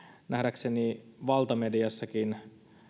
nähdäkseni valtamediassakin